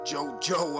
JoJo